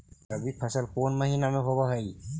रबी फसल कोन महिना में होब हई?